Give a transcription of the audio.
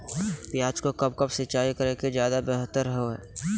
प्याज को कब कब सिंचाई करे कि ज्यादा व्यहतर हहो?